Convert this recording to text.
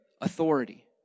authority